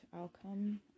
outcome